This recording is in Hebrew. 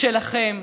שלכם.